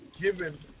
given